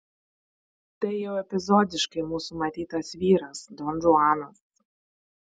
tai jau epizodiškai mūsų matytas vyras donžuanas